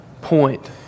point